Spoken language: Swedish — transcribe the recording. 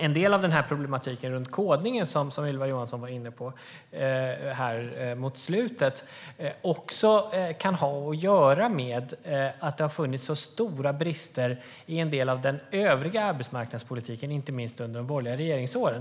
En del av problematiken med kodningen, som Ylva Johansson var inne på mot slutet, kan ha att göra med att det har funnits stora brister i den övriga arbetsmarknadspolitiken, inte minst under de borgerliga regeringsåren.